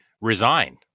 resigned